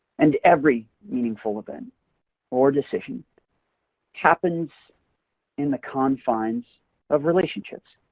and every meaningful event or decision happens in the confines of relationships.